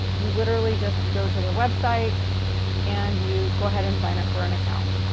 you literally just go to their website and you go ahead and sign up for an account.